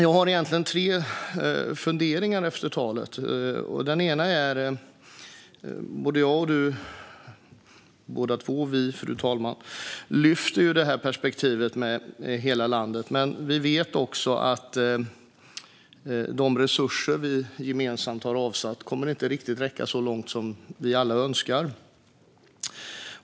Jag har egentligen tre funderingar efter anförandet. Både du och jag lyfter perspektivet med hela landet, men vi vet också att de resurser vi gemensamt har avsatt inte riktigt kommer att räcka så långt som vi alla önskar.